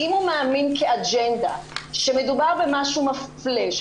אם הוא מאמין כאג'נדה שמדובר במשהו מפלה,